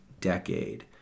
decade